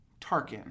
Tarkin